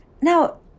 Now